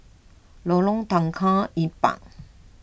Lorong Tukang Empat